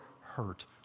hurt